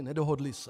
Nedohodla se.